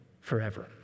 forever